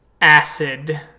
acid